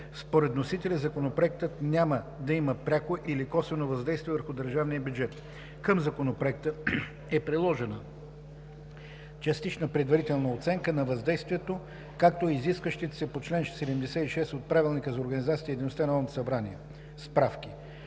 Според вносителя Законопроектът няма да има пряко или косвено въздействие върху държавния бюджет. Към Законопроекта е приложена Частична предварителна оценка на въздействието, както и изискващите се по чл. 76 от Правилника за организацията и дейността на Народното събрание справки.